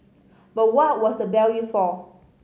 but what was the bell used for